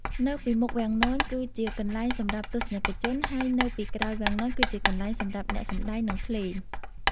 នៅពីមុខវាំងននគឺជាកន្លែងសម្រាប់ទស្សនិកជន ហើយនៅពីក្រោយវាំងននគឺជាកន្លែងសម្រាប់អ្នកសម្តែង និងភ្លេង។